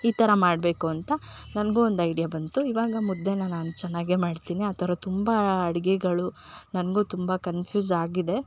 ಈ ಥರ ಮಾಡಬೇಕು ಅಂತ ನನಗು ಒಂದು ಐಡಿಯಾ ಬಂತು ಇವಾಗ ಮುದ್ದೇನ ನಾನು ಚೆನ್ನಾಗೆ ಮಾಡ್ತೀನಿ ಆ ಥರ ತುಂಬ ಅಡಿಗೆಗಳು ನನಗು ತುಂಬ ಕನ್ಫ್ಯೂಸ್ ಆಗಿದೆ